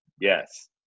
Yes